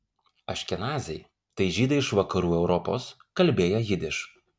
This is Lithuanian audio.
aškenaziai tai žydai iš vakarų europos kalbėję jidiš